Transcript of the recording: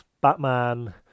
Batman